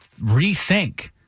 rethink